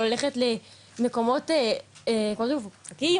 או ללכת למקומות מפוקפקים,